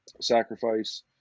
sacrifice